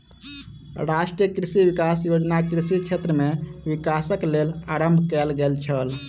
राष्ट्रीय कृषि विकास योजना कृषि क्षेत्र में विकासक लेल आरम्भ कयल गेल छल